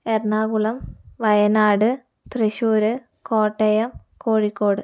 Ernakulam Wayanad Thrissur Kottayam Kozhikode